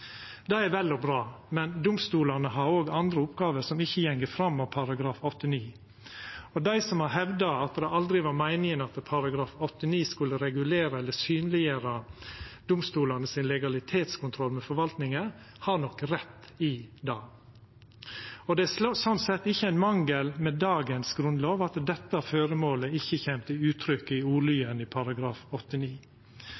Det er vel og bra, men domstolane har òg andre oppgåver som ikkje går fram av § 89, og dei som har hevda at det aldri var meininga at § 89 skulle regulera eller synleggjera domstolane sin legalitetskontroll med forvaltinga, har nok rett i det. Det er slik sett ingen mangel med dagens grunnlov at dette føremålet ikkje kjem til uttrykk i